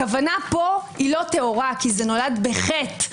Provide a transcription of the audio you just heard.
הכוונה פה אינה טהורה כי זה נולד בחטא.